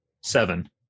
seven